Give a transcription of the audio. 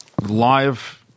live